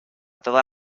toda